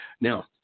Now